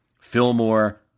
Fillmore